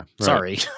Sorry